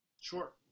Sure